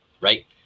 right